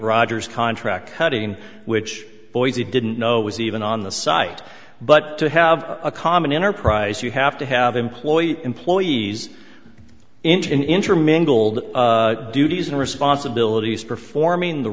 rogers contract cutting which boise didn't know was even on the site but to have a common enterprise you have to have employee employees intermingled duties and responsibilities performing the